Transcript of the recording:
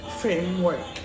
framework